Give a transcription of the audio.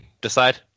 decide